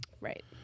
Right